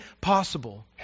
possible